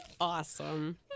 awesome